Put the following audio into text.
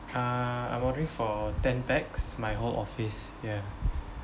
uh I'm ordering for ten pax my whole office yeah